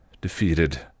defeated